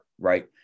right